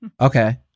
Okay